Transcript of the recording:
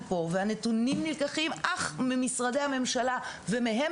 והנתונים בו נלקחים אך ורק ממשרדי המשלה ומהם